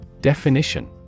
Definition